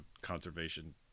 conservation